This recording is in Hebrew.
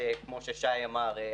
שכמו ששי אמר,